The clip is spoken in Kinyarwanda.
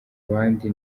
abandi